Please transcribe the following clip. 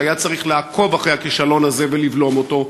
שהיה צריך לעקוב אחרי הכישלון הזה ולבלום אותו,